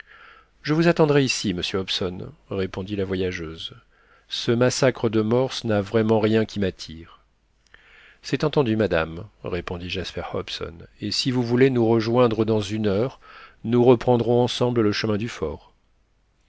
je vous attendrai ici monsieur hobson répondit la voyageuse ce massacre de morses n'a vraiment rien qui m'attire c'est entendu madame répondit jasper hobson et si vous voulez nous rejoindre dans une heure nous reprendrons ensemble le chemin du fort